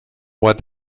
what